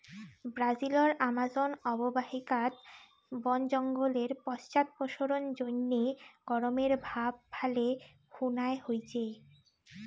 ব্রাজিলর আমাজন অববাহিকাত বন জঙ্গলের পশ্চাদপসরণ জইন্যে গরমের ভাব ভালে খুনায় হইচে